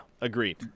agreed